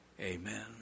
Amen